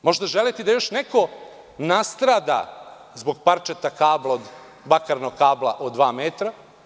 Možda želite da još neko nastrada zbog parčeta bakarnog kabla od dva metra.